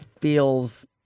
feels